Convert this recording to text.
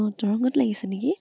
অ' দৰঙত লাগিছে নেকি